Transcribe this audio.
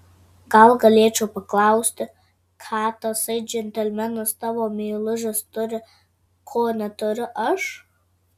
gal galėčiau paklausti ką tasai džentelmenas tavo meilužis turi ko neturiu aš